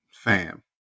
Fam